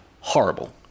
horrible